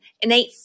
innate